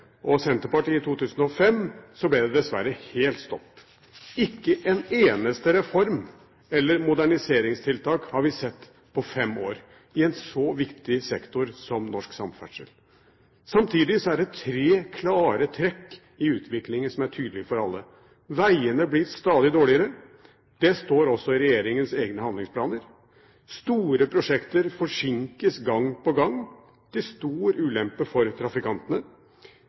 og Senterpartiet i 2005, ble det dessverre helt stopp. Ikke en eneste reform eller moderniseringstiltak har vi sett på fem år i en så viktig sektor som norsk samferdsel. Samtidig er det tre klare trekk i utviklingen som er tydelig for alle: Vegene blir stadig dårligere – det står også i regjeringens egne handlingsplaner. Store prosjekter forsinkes gang på gang til stor ulempe for trafikantene.